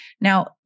Now